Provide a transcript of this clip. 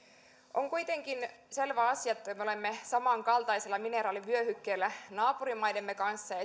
on kuitenkin selvä asia että me olemme samankaltaisella mineraalivyöhykkeellä naapurimaidemme kanssa